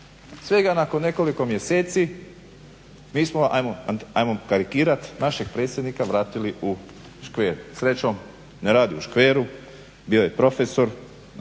Svega nakon nekoliko mjeseci mi smo ajmo karikirati našeg predsjednika vratili u škver. Srećom, ne radi u škveru. Bio je profesor